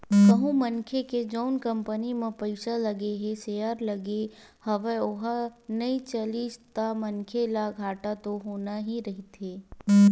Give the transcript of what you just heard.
कहूँ मनखे के जउन कंपनी म पइसा लगे हे सेयर लगे हवय ओहा नइ चलिस ता मनखे ल घाटा तो होना ही रहिथे